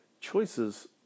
choices